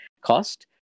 cost